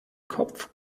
kopf